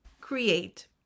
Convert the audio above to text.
create